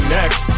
next